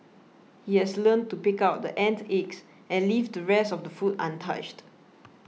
he has learnt to pick out the ant eggs and leave the rest of the food untouched